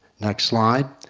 next slide.